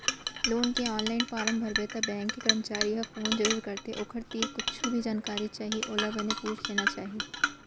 loan के online form भरबे त बेंक के करमचारी ह फोन जरूर करथे ओखर तीर कुछु भी जानकारी चाही ओला बने पूछ लेना चाही